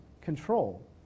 control